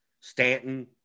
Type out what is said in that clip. Stanton